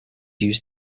use